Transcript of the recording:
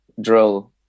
drill